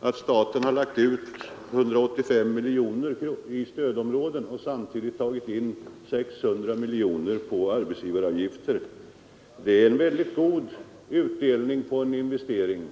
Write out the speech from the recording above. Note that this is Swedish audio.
att staten lagt ut 185 miljoner i stödområdena och samtidigt tagit in 600 miljoner i arbetsgivaravgifter. Det är väldigt god utdelning på en investering.